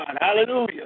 Hallelujah